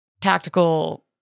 tactical